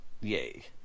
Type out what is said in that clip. yay